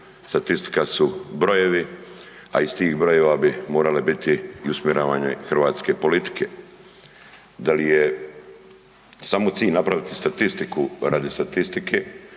statistika su brojevi, a iz tih brojeva bi morale biti i usmjeravane hrvatske politike. Da li je samo cilj napraviti statistiku radi statistike